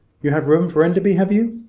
you have room for enderby, have you?